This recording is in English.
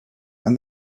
and